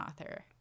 author